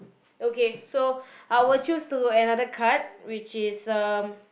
okay so I will choose to another card with is um